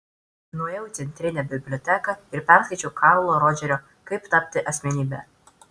nuėjau į centrinę biblioteką ir perskaičiau karlo rodžerio kaip tapti asmenybe